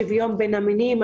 שוויון בין המינים.